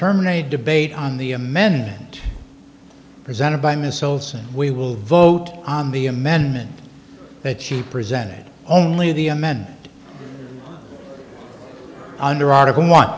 terminated debate on the amendment presented by missiles and we will vote on the amendment that she presented only the amend under article